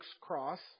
cross